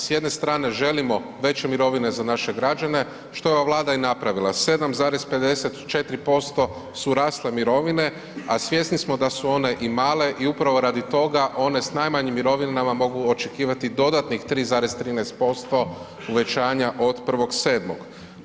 S jedne strane želimo veće mirovine za naše građane što je ova Vlada i napravila 7,54% su rasle mirovine a svjesni smo da su one i male i upravo radi toga one s najmanjim mirovinama mogu očekivati dodatnih 3,13% uvećanja od 1.7.